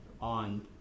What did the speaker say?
on